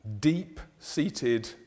deep-seated